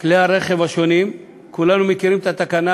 כלי הרכב השונים כולנו מכירים את התקנה,